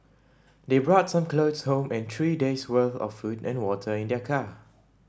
they brought some clothes home and three days' worth of food and water in their car